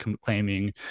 claiming